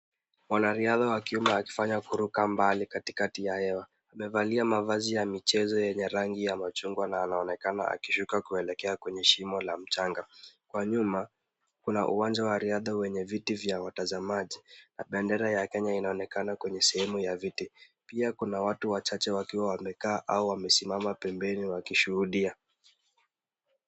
Mwanariadha wa kiume wakifanya kuruka mbali katika hewa. Amevalia mavazi ya michezo ya jarrangi ya machungwa na anaonekana akishuka kuelekea kwenye shimo la mchanga. Kwa nyuma, kuna uwanja wa riadha wenye viti vya watazamaji, na bendera ya Kenya inaonekana kwenye sehemu ya viti. Pia kuna watu wachache wakiwa wamekaa au wamesimama pembeni wakishuhudia.